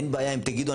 אין בעיה אם תגידו,